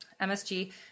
MSG